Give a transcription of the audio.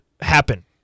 happen